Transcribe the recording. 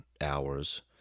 hours